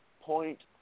point